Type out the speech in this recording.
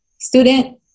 student